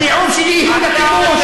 התיעוב שלי הוא לכיבוש.